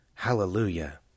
HALLELUJAH